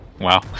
Wow